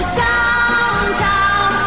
downtown